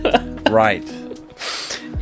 right